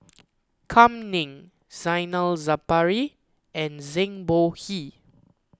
Kam Ning Zainal Sapari and Zhang Bohe